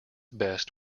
best